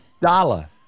Dollar